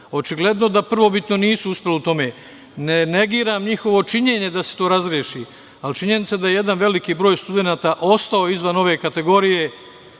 Očigledno da prvobitno nisu uspeli u tome. Ne negiram njihovo činjenje da se to razreši, ali činjenica je da jedan veliki broj studenata ostao izvan ove kategorije